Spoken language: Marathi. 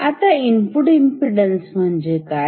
आता इनपुट इमपीडन्स म्हणजे काय